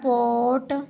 sports